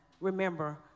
Remember